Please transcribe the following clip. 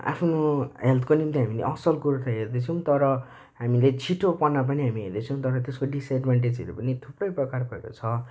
आफ्नो हेल्थको निम्ति हामीले असल कुरो त हेर्दैछौँ तर हामीले छिटोपना पनि हामी हेर्दैछौँ तर त्यसको डिसएड्भान्टेजहरू पनि थुप्रै प्रकारकोहरू छ